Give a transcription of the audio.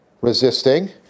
resisting